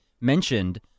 mentioned